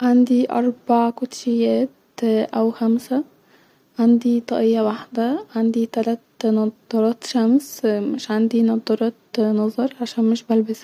عندي اربع كوتشيات او خمسه-عندي طقيه واحده-عندي تلات نضرات شمس-مش عندي نضرات نظر عشان مش بلبسها